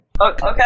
Okay